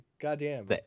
goddamn